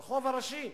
ברחוב הראשי.